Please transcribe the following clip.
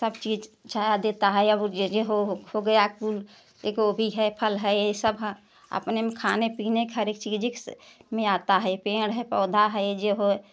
सब चीज़ छाया देता है अब जे जे हो हो गया कुल ये गोभी है फल है यह सब हाँ अपने में खाने पीने के हर एक चीज से में आता है ये पेड़ है पौधा है ये जो है